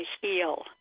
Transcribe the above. heal